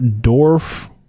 Dorf